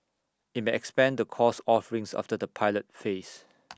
IT may expand the course offerings after the pilot phase